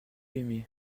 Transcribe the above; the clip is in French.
aimé